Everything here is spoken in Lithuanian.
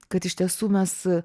kad iš tiesų mes